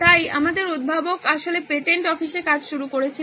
তাই আমাদের উদ্ভাবক আসলে পেটেন্ট অফিসে কাজ শুরু করেছিলেন